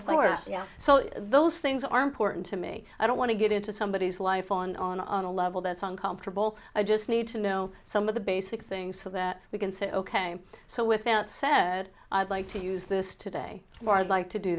slower so those things are important to me i don't want to get into somebody's life on on on a level that's uncomfortable i just need to know some of the basic things so that we can say ok so with that said i'd like to use this today more like to do